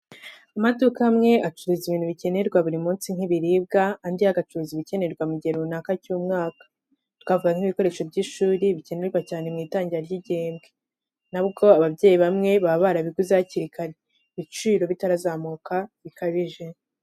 Amaduka amwe acuruza ibintu bikenerwa buri munsi nk'ibiribwa, andi yo agacuruza ibikenerwa mu gihe runaka cy'umwaka, twavuga nk'ibikoresho by'ishuri bikenerwa cyane mu itangira ry'igihembwe, na bwo ababyeyi bamwe baba barabiguze hakiri kare, ibiciro bitarazamuka bikabije.